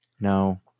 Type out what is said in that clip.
no